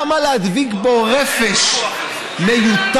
למה להדביק בו רפש מיותר,